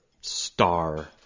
star